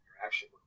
interaction